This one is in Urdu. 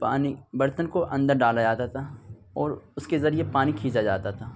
پانی برتن کو اندر ڈالا جاتا تھا اور اس کے ذریعہ پانی کھینچا جاتا تھا